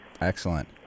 Excellent